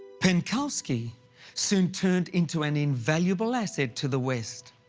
penkovsky soon turned into an invaluable asset to the west.